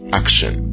action